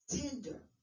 tender